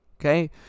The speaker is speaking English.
Okay